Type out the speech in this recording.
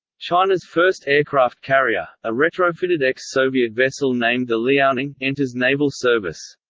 china's first aircraft carrier, a retrofitted ex-soviet vessel named the liaoning, enters naval service.